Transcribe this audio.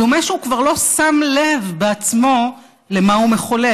דומה שהוא כבר לא שם לב בעצמו מה הוא מחולל,